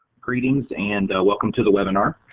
greetings and welcome to the webinar.